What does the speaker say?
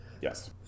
Yes